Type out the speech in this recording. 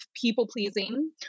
people-pleasing